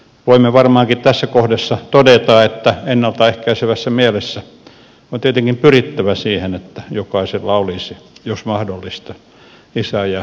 voimme varmaankin tässä kohdassa todeta että ennalta ehkäisevässä mielessä on tietenkin pyrittävä siihen että jokaisella olisi jos mahdollista isä ja äiti